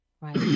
Right